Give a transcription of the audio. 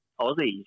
Aussies